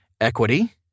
equity